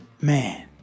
Man